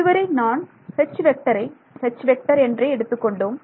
இதுவரை நான் ஐ என்றே எடுத்துக்கொண்டோம்